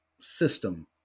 system